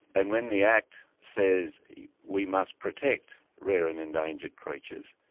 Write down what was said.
and when the act says we must protect rare and endangered creatures,